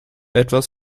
etwas